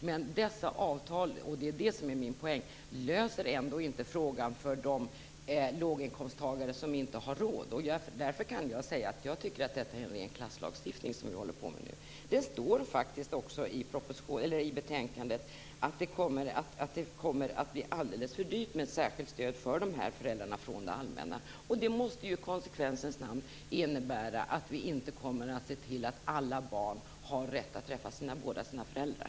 Men dessa avtal, och det är det som är min poäng, löser ändå inte frågan för de låginkomsttagare som inte har råd. Därför kan jag säga att jag tycker att det är en ren klasslagstiftning som vi nu håller på med. Det står faktiskt också i betänkandet att det kommer att bli alldeles för dyrt med ett särskilt stöd från det allmänna till de här föräldrarna. Det måste ju i konsekvensens namn innebära att vi inte kommer att se till att alla barn har rätt att träffa båda sina föräldrar.